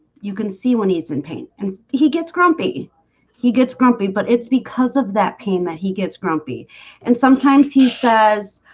you can see when he's in pain and he gets grumpy he gets grumpy, but it's because of that pain that he gets grumpy and sometimes he says